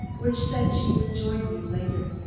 which said she would join me later.